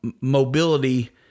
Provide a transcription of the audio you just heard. mobility